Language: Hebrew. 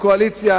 הקואליציה,